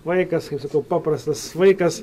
vaikas kaip sakau paprastas vaikas